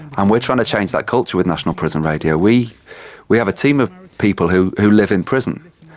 and we are trying to change that culture with national prison radio. we we have a team of people who who live in prison.